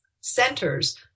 centers